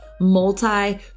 multi